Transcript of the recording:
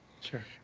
Sure